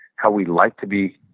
how we like to be